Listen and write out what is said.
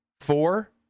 four